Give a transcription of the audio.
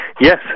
Yes